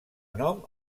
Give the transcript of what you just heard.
nom